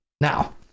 Now